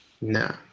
No